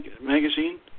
magazine